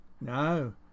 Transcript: No